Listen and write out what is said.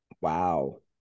Wow